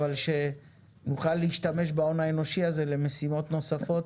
אבל שנוכל להשתמש בהון האנושי הזה למשימות נוספות,